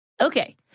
Okay